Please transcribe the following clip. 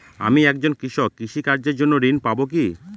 আমি একজন কৃষক কৃষি কার্যের জন্য ঋণ পাব কি?